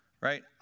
right